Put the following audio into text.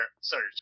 search